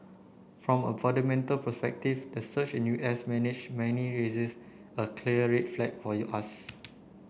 from a fundamental perspective the surge in U S manage money raises a clear red flag for us